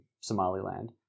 Somaliland